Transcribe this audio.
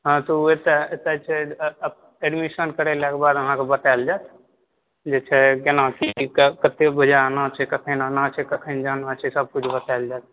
हँ तऽ ओ एकटा एक्सर्सायज़ छै एडमिशिन करेलाक बाद अहाँके बतायल जायत जे छै केना की सीख़ब कते बजे आना छै कखन आना छै कखन जाना छै सब किछु बतायल जायत